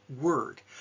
word